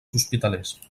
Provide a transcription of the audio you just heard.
hospitalers